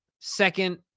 second